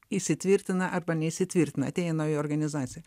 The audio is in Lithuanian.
įsitvirtina arba neįsitvirtina atėję į naują organizaciją